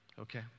okay